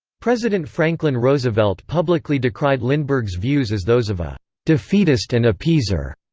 president franklin roosevelt publicly decried lindbergh's views as those of a defeatist and appeaser,